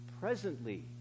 presently